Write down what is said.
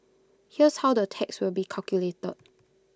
here's how the tax will be calculated